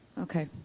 Okay